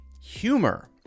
humor